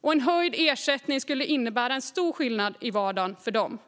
och en höjd ersättning skulle innebära en stor skillnad i vardagen för dem.